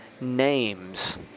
names